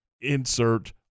Insert